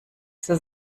zur